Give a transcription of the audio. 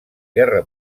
guerra